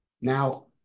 now